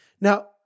Now